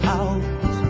out